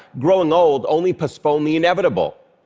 growing old only postponed the inevitable,